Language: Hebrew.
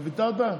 אתה ויתרת?